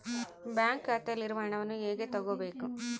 Bank ಖಾತೆಯಲ್ಲಿರುವ ಹಣವನ್ನು ಹೇಗೆ ತಗೋಬೇಕು?